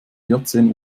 vierzehn